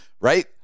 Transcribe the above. right